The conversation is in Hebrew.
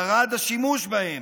ירד השימוש בהם.